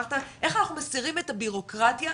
איך אנחנו מסירים את הביורוקרטיה,